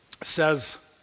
says